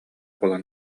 буолан